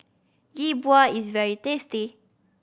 Yi Bua is very tasty